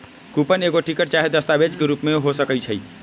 coupon एगो ticket चाहे दस्तावेज के रूप में हो सकइ छै